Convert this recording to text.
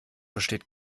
besteht